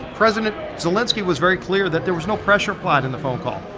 president zelenskiy was very clear that there was no pressure applied in the phone call.